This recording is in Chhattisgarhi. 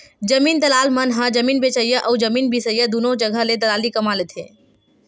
जमीन दलाल मन ह जमीन बेचइया अउ जमीन बिसईया दुनो जघा ले दलाली कमा लेथे